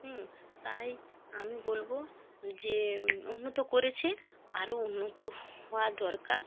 হুম তাই আমি বলবো যে উন্নত করেছে আরো উন্নত হওয়া দরকার